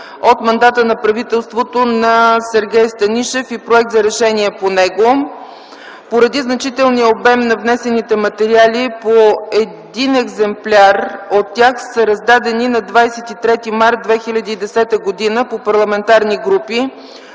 Поради значителния обем на внесените материали по един екземпляр от тях са раздадени на 23 март 2010 г. по парламентарни групи.